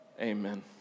Amen